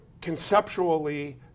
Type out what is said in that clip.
conceptually